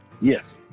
Yes